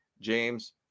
james